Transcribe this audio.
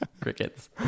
Crickets